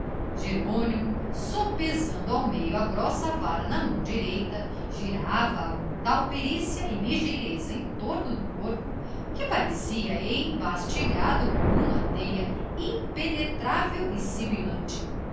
jerônimo sopesando ao meio a grossa vara na mão direita girava a com tal perícia e ligeireza em torno do corpo que parecia embastilhado por uma teia impenetrável e